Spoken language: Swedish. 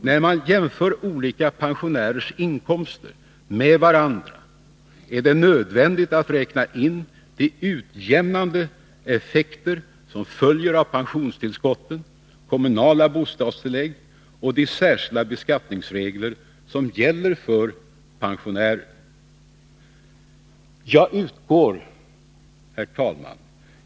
När man jämför olika pensionärers inkomster med varandra är det nödvändigt att räkna in de utjämnande effekter som följer av pensionstillskotten, kommunala bostadstillägg och de särskilda beskattningsregler som gäller för pensionärer. Herr talman!